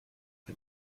ein